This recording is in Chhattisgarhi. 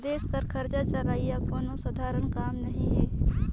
देस कर खरचा चलई कोनो सधारन काम नी हे